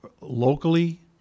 locally